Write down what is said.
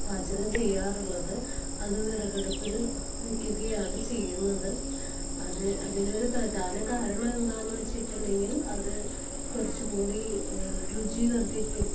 പാചകം ചെയ്യാറുള്ളത് അത് വിറകടുപ്പില് വെക്കുകയാണ് ചെയ്യുന്നത് അത് അതിന് ഒരു പ്രധാന കാരണം എന്താന്നു വച്ചിട്ടുണ്ടങ്കിൽ അത് കുറച്ചും കൂടി രുചി വർദ്ധിക്കും